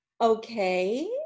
okay